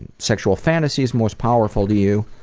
and sexual fantasies most powerful to you?